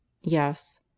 Yes